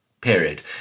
period